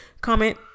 comment